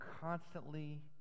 constantly